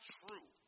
true